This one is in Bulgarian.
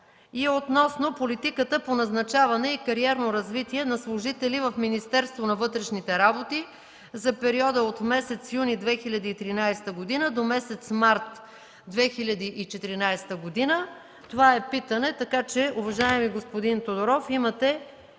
относно политиката по назначаване и кариерно развитие на служители в Министерство на вътрешните работи за периода от месец юни 2013 г. до месец март 2014 г. Това е питане. Уважаеми господин Тодоров, имате